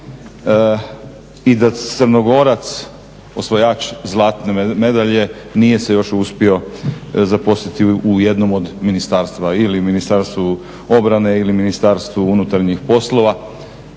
i da Crnogorac osvajač zlatne medalje nije se još uspio zaposliti u jednom od ministarstva. Ili Ministarstvu obrane ili Ministarstvu unutarnjih poslova.